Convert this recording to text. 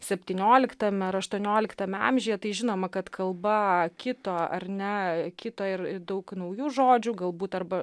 septynioliktame ar aštuonioliktame amžiuje tai žinoma kad kalba kito ar ne kito ir daug naujų žodžių galbūt arba